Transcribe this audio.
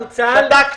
הטיפול.